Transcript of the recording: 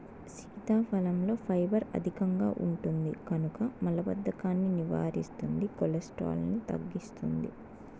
సీతాఫలంలో ఫైబర్ అధికంగా ఉంటుంది కనుక మలబద్ధకాన్ని నివారిస్తుంది, కొలెస్ట్రాల్ను తగ్గిస్తుంది